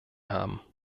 haben